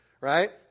right